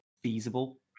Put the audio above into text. feasible